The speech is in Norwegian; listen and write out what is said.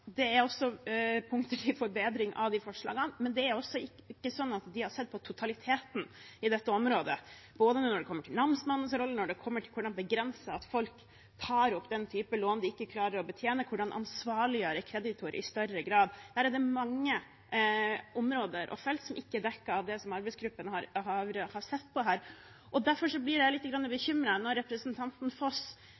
også punkter til forbedring av forslagene. Men de har ikke sett på totaliteten i dette området, både når det kommer til namsmannens rolle, når det kommer til hvordan begrense at folk tar opp den type lån de ikke klarer å betjene, og hvordan ansvarliggjøre kreditor i større grad. Her er det mange områder og felt som ikke er dekket av det arbeidsgruppen har sett på. Derfor blir jeg